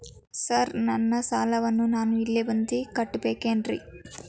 Sir ನನ್ನ ಸಾಲವನ್ನು ನಾನು ಇಲ್ಲೇ ಬಂದು ಕಟ್ಟಬೇಕೇನ್ರಿ?